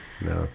No